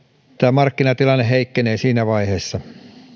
markkinatilanne heikkenee siinä vaiheessa